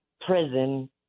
prison